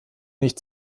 nicht